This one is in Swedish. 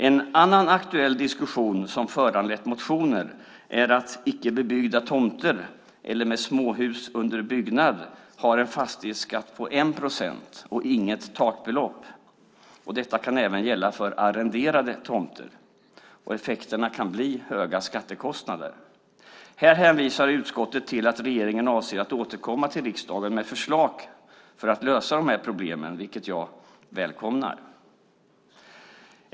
En annan aktuell diskussion som föranlett motioner är den om att icke bebyggda tomter eller tomter med småhus under byggnad har en fastighetsskatt på 1 procent och inget takbelopp. Detta kan även gälla för arrenderade tomter. Effekterna kan bli höga skattekostnader. Här hänvisar utskottet till att regeringen avser att återkomma till riksdagen med förslag just för att lösa dessa problem, vilket jag välkomnar. Herr talman!